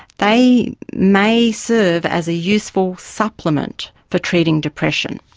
they may serve as a useful supplement for treating depression.